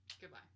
Goodbye